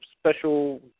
special